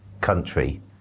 country